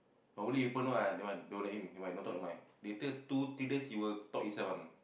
normally people know ah that one don't let him never mind don't talk never mind later two three days he will talk himself one